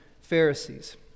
Pharisees